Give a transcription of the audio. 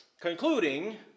concluding